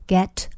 Get